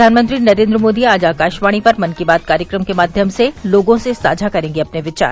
प्रधानमंत्री नरेन्द्र मोदी आज आकाशवाणी पर मन की बात कार्यक्रम के माध्यम से लोगों से साझा करेंगे अपने विचार